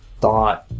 thought